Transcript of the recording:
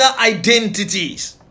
identities